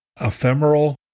ephemeral